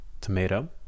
tomato